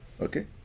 Okay